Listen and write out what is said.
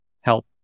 help